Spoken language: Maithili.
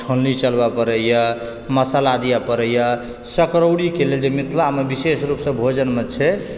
छोलनी चलबऽ पड़ैए मसाला दिअऽ पड़ैए सकरौड़ी कऽ लेल जे मिथिलामे विशेष रूपसँ भोजनमे छै